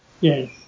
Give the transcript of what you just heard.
Yes